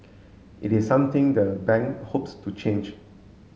it is something the bank hopes to change